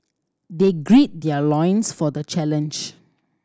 they gird their loins for the challenge